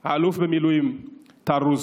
והאלוף במילואים טל רוסו,